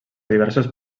diversos